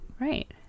right